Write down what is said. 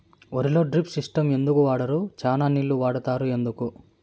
వరిలో drip system ఎందుకు వాడరు? చానా నీళ్లు వాడుతారు ఎందుకు?